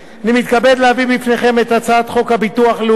אני מתכבד להביא בפניכם את הצעת חוק הביטוח הלאומי